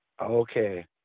Okay